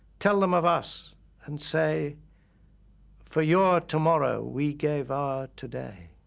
tell them of us and say for your tomorrow, we gave our today.